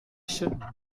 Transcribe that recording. się